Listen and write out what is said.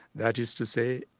that is to say,